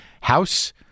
house